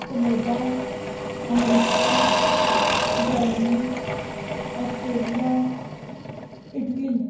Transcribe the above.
Canada America Germany Australia Italy